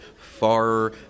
far